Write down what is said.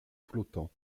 flottant